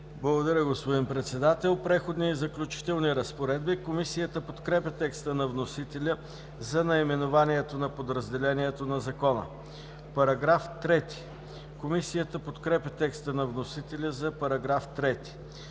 Благодаря, господин Председател. „Преходни и заключителни разпоредби“. Комисията подкрепя текста на вносителя за наименованието на подразделението на Закона. Комисията подкрепя текста на вносителя за § 3.